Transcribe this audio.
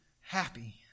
happy